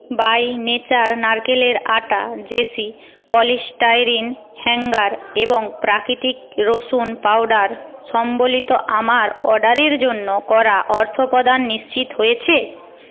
by nature নারকেলের আটা JC polystyrene hanger এবং প্রাকৃতিক রসুন পাউডার সম্বলিত আমার অর্ডারের জন্য করা অর্থপ্রদান নিশ্চিত হয়েছে